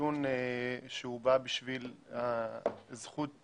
דיון שהוא בא עבור הזכות